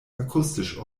akustisch